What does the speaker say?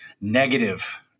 negative